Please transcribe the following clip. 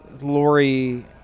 Lori